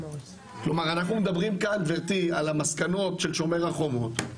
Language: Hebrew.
כלומר אנחנו מדברים כאן גבירתי על המסקנות של שמור החומות,